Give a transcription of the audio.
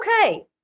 okay